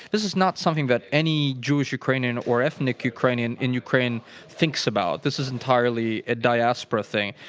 this is not something that any jewish ukrainian or ethnic ukrainian in ukraine thinks about. this is entirely a diaspora thing.